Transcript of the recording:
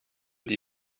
die